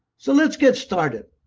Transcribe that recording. so let's get started.